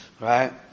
Right